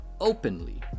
Openly